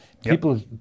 people